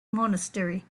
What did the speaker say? monastery